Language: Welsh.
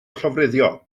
llofruddio